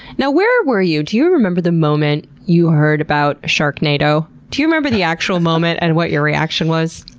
now, where were you? do you remember the moment you heard about sharknado? do you remember the actual moment and what your reaction was?